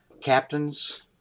captains